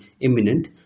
imminent